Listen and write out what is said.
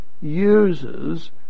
uses